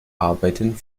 arbeiten